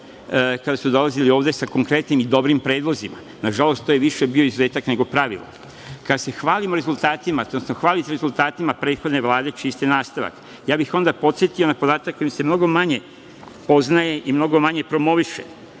kada su dolazili ovde sa konkretnim i dobrim predlozima. Nažalost, to je više bio izuzetak nego pravilo. Kada se hvalite rezultatima prethodne Vlade, čiji ste nastavak, onda bih podsetio na podatak koji se mnogo manje poznaje i mnogo manje promoviše,